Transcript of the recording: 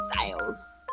sales